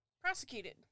prosecuted